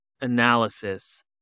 analysis